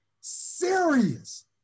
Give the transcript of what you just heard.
serious